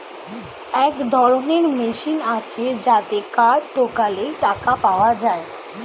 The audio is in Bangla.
এক ধরনের মেশিন আছে যাতে কার্ড ঢোকালে টাকা পাওয়া যায়